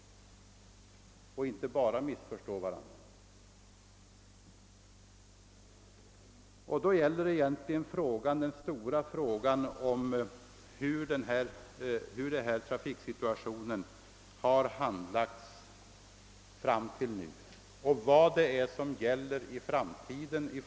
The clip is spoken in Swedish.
Den stora frågan gäller egentligen hur trafikspörsmålen handlagts till dags dato och vilka regler och former för verksamheten som gäller för framtiden.